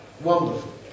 Wonderful